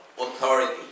authority